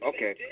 Okay